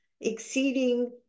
exceeding